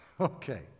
Okay